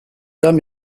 homme